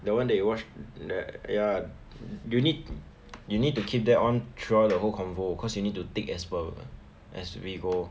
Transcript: the one that you watch the ya you need you need to keep that on throughout the whole convo cause you need to take as well as we go